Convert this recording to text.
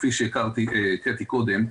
כפי שהקראתי קודם,